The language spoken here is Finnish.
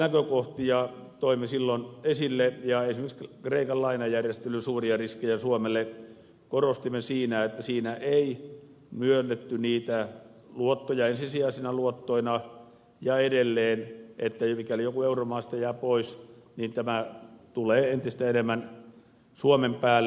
näitä näkökohtia toimme silloin esille ja esimerkiksi kreikan lainajärjestelyn suuria riskejä suomelle korostimme siinä että siinä ei myönnetty niitä luottoja ensisijaisina luottoina ja edelleen sitä että mikäli joku euromaista jää pois niin tämä tulee entistä enemmän suomen päälle